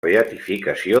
beatificació